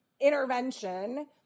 intervention